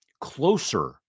closer